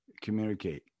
communicate